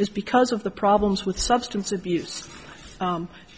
is because of the problems with substance abuse